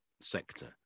sector